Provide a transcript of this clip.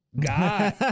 God